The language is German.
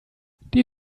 die